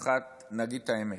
האחת, נגיד את האמת,